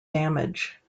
damage